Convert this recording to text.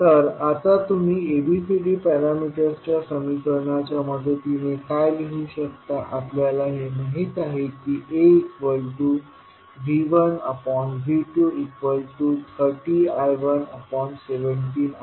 तर आता तुम्ही ABCD पॅरामीटर्सच्या समीकरणाच्या मदतीने काय लिहू शकता आपल्याला हे माहित आहे की AV1V230I117I11